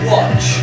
Watch